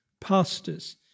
pastors